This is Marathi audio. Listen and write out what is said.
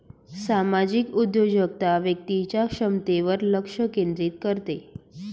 सामाजिक उद्योजकता व्यक्तीच्या क्षमतेवर लक्ष केंद्रित करते